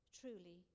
Truly